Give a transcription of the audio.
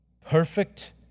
perfect